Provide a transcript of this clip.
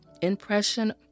impression